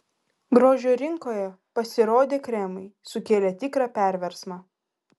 grožio rinkoje pasirodę kremai sukėlė tikrą perversmą